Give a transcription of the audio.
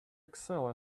excel